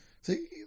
See